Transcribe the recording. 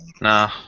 Nah